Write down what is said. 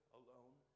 alone